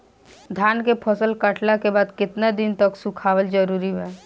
धान के फसल कटला के बाद केतना दिन तक सुखावल जरूरी बा?